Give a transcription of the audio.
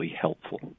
helpful